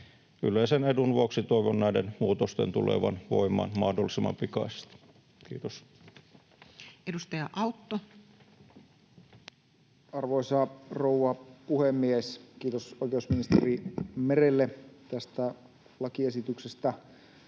Yleisen edun vuoksi toivon näiden muutosten tulevan voimaan mahdollisimman pikaisesti. — Kiitos. Edustaja Autto. Arvoisa rouva puhemies! Kiitos oikeusministeri Merelle tästä lakiesityksestä